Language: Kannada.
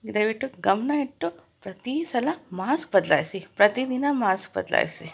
ದಯವಿಟ್ಟು ಗಮನ ಇಟ್ಟು ಪ್ರತಿ ಸಲ ಮಾಸ್ಕ್ ಬದಲಾಯಿಸಿ ಪ್ರತಿದಿನ ಮಾಸ್ಕ್ ಬದಲಾಯಿಸಿ